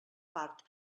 part